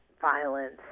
violence